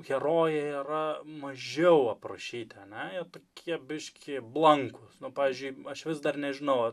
herojai yra mažiau aprašyti ane jie tokie biški blankūs na pavyzdžiui aš vis dar nežinau